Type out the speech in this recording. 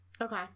Okay